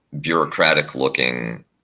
bureaucratic-looking